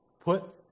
put